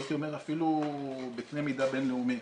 הייתי אומר אפילו בקנה מידה בינלאומי,